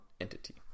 entity